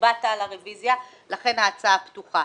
הצבעת על הרביזיה, לכן ההצעה פתוחה.